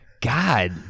God